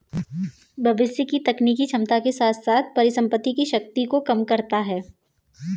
भविष्य की तकनीकी क्षमता के साथ साथ परिसंपत्ति की शक्ति को कम करता है